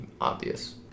obvious